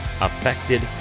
Affected